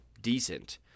decent